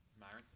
Myron